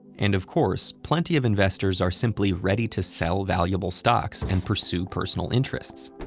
and of course, plenty of investors are simply ready to sell valuable stocks and pursue personal interests.